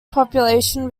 population